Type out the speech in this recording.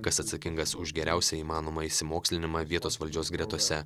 kas atsakingas už geriausią įmanomą išsimokslinimą vietos valdžios gretose